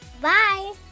Bye